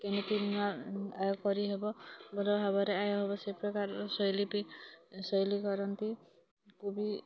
କେମିତି ନୂଆ ଆୟ କରି ହେବ ଭଲ୍ ଭାବ୍ରେ ଆୟ ହେବ ସେ ପ୍ରକାର୍ ଶୈଳୀ ବି ଶୈଳୀ କରନ୍ତି କୁବି